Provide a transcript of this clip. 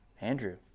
Andrew